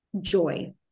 joy